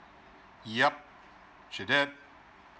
yup she did